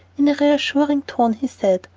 in a reassuring tone he said,